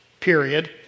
period